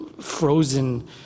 frozen